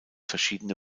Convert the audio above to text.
verschiedene